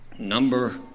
number